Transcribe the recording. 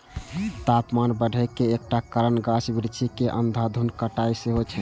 तापमान बढ़े के एकटा कारण गाछ बिरिछ के अंधाधुंध कटाइ सेहो छै